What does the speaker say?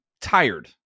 tired